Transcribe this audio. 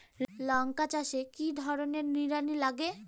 লঙ্কা চাষে কি ধরনের নিড়ানি লাগে?